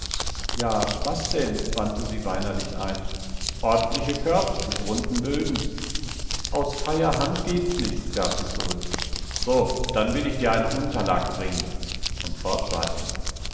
ja was denn wandte sie weinerlich ein ordentliche körb mit runden böden aus freier hand geht's nicht gab sie zurück so dann will ich dir eine unterlag bringen und fort war er